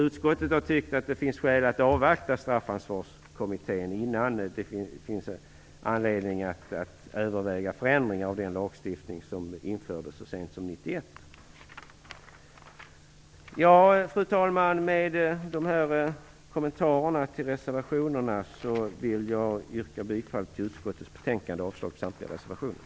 Utskottet tycker att det finns skäl att avvakta Straffansvarskommittén innan det finns anledning att överväga förändringar av den lagstiftning som infördes så sent som 1991. Fru talman! Med de här kommentarerna till reservationerna vill jag yrka bifall till utskottets hemställan och avslag på samtliga reservationer.